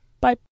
Bye